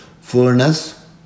furnace